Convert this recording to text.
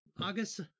August